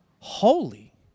holy